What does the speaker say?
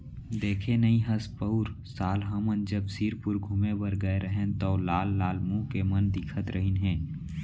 देखे नइ हस पउर साल हमन जब सिरपुर घूमें बर गए रहेन तौ लाल लाल मुंह के मन दिखत रहिन हे